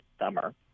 summer